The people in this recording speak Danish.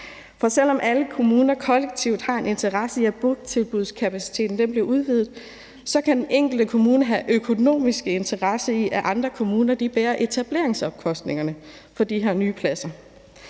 For selv om alle kommuner kollektivt har en interesse i, at botilbudskapaciteten bliver udvidet, kan den enkelte kommune have økonomisk interesse i, at andre kommuner bærer etableringsomkostningerne ved de her nye pladser.